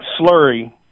slurry